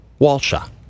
Walsha